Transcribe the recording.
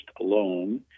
alone